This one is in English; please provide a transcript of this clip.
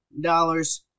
dollars